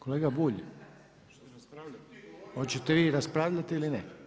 Kolega Bulj hoćete li vi raspravljati ili ne?